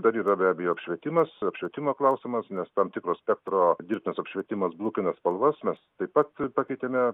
dar yra be abejo apšvietimas apšvietimo klausimas nes tam tikro spektro dirbtinas apšvietimas blukina spalvas mes taip pat pakeitėme